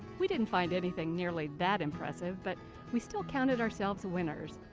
we didn't find anything nearly that impressive. but we still counted ourselves winners.